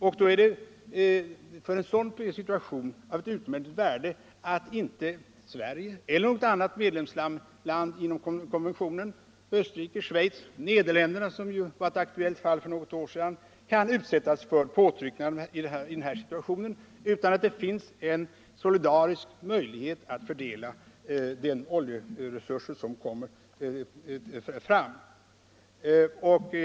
I en sådan situation är det av utomordentligt värde att inte Sverige eller något annat medlemsland inom konventionen — Österrike, Schweiz, Nederländerna, som ju var ett aktuellt fall för något år sedan — kan utsättas för påtryckningar, utan att det finns en solidarisk möjlighet att fördela de oljeresurser som kommer fram.